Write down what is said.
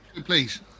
Please